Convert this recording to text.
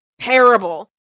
terrible